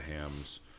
Hams